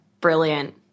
brilliant